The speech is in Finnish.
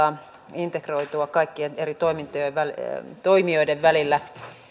integroitua kaikkien eri toimijoiden välillä